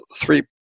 three